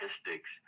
statistics